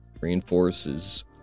reinforces